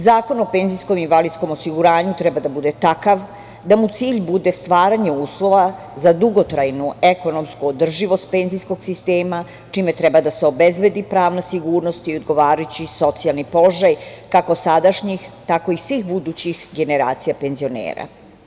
Zakon o penzijskom i invalidskom osiguranju treba da bude takav da mu cilj bude stvaranje uslova za dugotrajnu ekonomsku održivost penzijskog sistema, čime treba da se obezbedi pravna sigurnost i odgovarajući socijalni položaj kako sadašnjih, tako i svih budućih generacija penzionera.